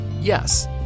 Yes